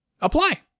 apply